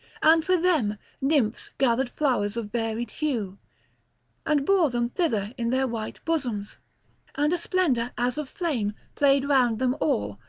and for them nymphs gathered flowers of varied hue and bore them thither in their white bosoms and a splendour as of flame played round them all,